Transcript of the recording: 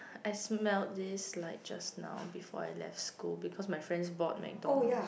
I smelled this like just now before I left school because my friends bought McDonald's